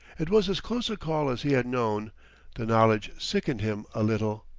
it was as close a call as he had known the knowledge sickened him a little.